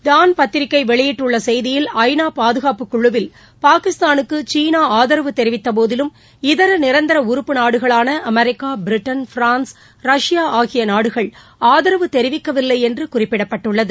Don பத்திரிகை வெளியிட்டுள்ள செய்தியில் ஐ நா பாதுகாப்புக் குழுவில் பாகிஸ்தானுக்கு சீனா ஆதரவு தெரிவித்தபோதிலும் இதர நிரந்தர உறுப்பு நாடுகளான அமெரிக்கா பிரிட்டன் பிரான்ஸ் ரஷ்யா ஆகிய நாடுகள் ஆதரவு தெரிவிக்கவில்லை என்று குறிப்பிடப்பட்டுள்ளது